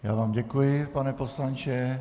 Já vám děkuji, pane poslanče.